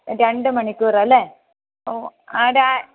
രണ്ട് മണിക്കൂർ അല്ലേ ഓ